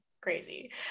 crazy